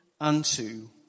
unto